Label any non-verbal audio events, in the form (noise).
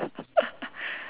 (laughs)